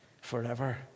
forever